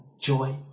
joy